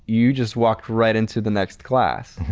you just walked right into the next class.